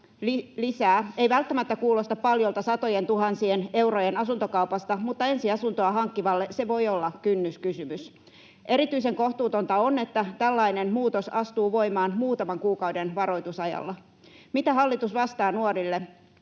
ei välttämättä kuulosta paljolta satojentuhansien eurojen asuntokaupasta, mutta ensiasuntoa hankkivalle se voi olla kynnyskysymys. Erityisen kohtuutonta on, että tällainen muutos astuu voimaan muutaman kuukauden varoitusajalla. Mitä hallitus vastaa nuorille,